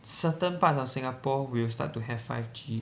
certain parts of Singapore will start to have five G